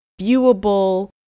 viewable